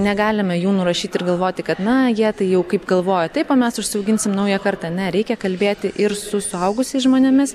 negalime jų nurašyti ir galvoti kad na tai jie tai jau kaip galvoja taip o mes užsiauginsim naują kartą ne reikia kalbėti ir su suaugusiais žmonėmis